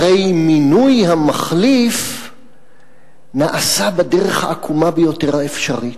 הרי מינוי המחליף נעשה בדרך העקומה ביותר האפשרית.